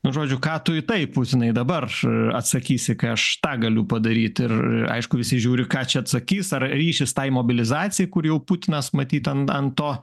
nu žodžiu ką tu į tai putinai dabar atsakysi kai aš tą galiu padaryti ir aišku visi žiūri ką čia atsakys ar ryšis tai mobilizacija kur jau putinas matyt ten ant to